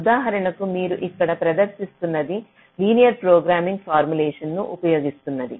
ఉదాహరణకు మీరు ఇక్కడ ప్రదర్శిస్తున్నది లీనియర్ ప్రోగ్రామింగ్ ఫార్ములేషన్ ను ఉపయోగిస్తుంది